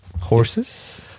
horses